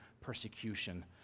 persecution